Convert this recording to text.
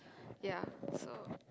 ya so